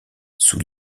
sous